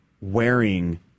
wearing